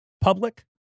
public